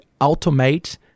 automate